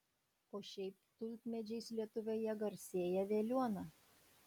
o šiaip tulpmedžiais lietuvoje garsėja veliuona